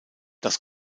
das